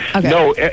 No